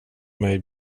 mig